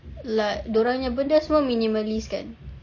like dia orang punya benda semua minimalist kan